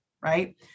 Right